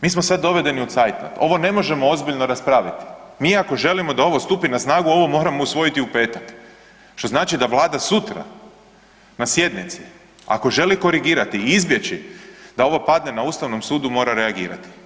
Mi smo sada dovedeni u zeitnot ovo ne možemo ozbiljno raspraviti, mi ako želimo da ovo stupi na snagu mi moramo ovo usvojiti u petak, što znači da Vlada sutra na sjednici ako želi korigirati i izbjeći da ovo padne na Ustavnom sudu mora reagirati.